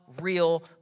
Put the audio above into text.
real